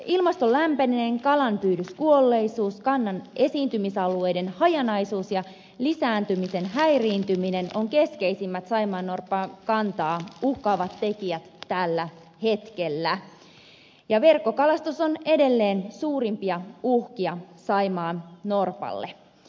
ilmaston lämpeneminen kalanpyydyskuolleisuus kannan esiintymisalueiden hajanaisuus ja lisääntymisen häiriintyminen on keskeisimmät saimaannorpan kantaa uhkaavat tekijät tällä hetkellä ja verkkokalastus on edelleen suurimpia uhkia saimaannorpalle